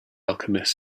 alchemist